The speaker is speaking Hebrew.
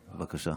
בבקשה,